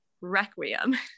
Requiem